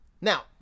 Now